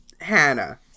Hannah